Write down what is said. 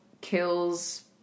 kills